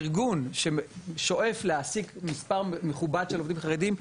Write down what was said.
ארגון ששואף להעסיק מספר מכובד של עובדים חרדים,